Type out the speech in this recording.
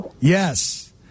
Yes